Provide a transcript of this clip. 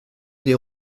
des